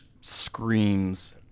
screams